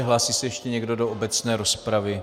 Hlásí se ještě někdo do obecné rozpravy?